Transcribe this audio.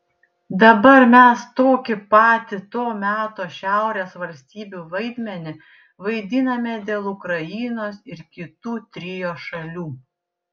dabar mes tokį patį to meto šiaurės valstybių vaidmenį vaidiname dėl ukrainos ir kitų trio šalių